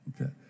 okay